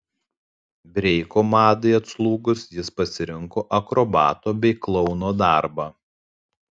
breiko madai atslūgus jis pasirinko akrobato bei klouno darbą